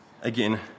Again